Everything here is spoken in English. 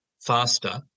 faster